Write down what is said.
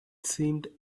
seemed